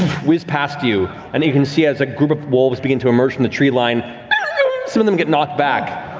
whizz past you and you can see as a group of wolves begin to emerge from the treeline some of them get knocked back.